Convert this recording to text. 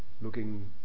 looking